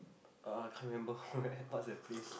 uh I can't remember where what's that place